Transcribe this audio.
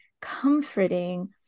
comforting